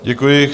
Děkuji.